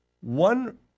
one